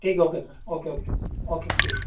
ٹھیک ہے okay sir okay okay okay ٹھیک